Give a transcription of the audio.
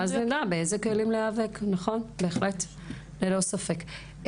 ואז נדע באיזה כלים להיאבק, בהחלט, ללא ספק.